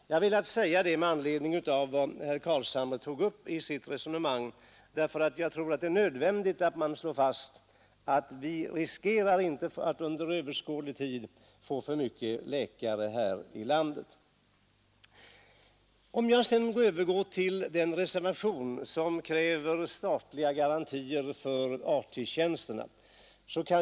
Jag har velat säga detta med anledning av att herr Carlshamre tog upp saken i sitt resonemang. Jag tror nämligen att det är nödvändigt att man slår fast att vi inte under överskådlig tid riskerar att få för många läkare här i landet. Jag övergår sedan till den reservation som kräver statliga garantier för AT-tjänsterna.